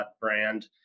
brand